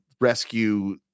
rescue